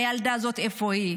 הילדה הזאת, איפה היא.